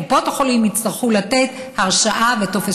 קופות החולים יצטרכו לתת הרשאה וטופס